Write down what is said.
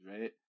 Right